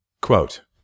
Quote